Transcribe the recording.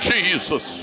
Jesus